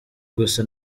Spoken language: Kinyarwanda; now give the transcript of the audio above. gusa